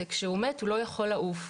וכשהוא מת הוא לא יכול לעוף.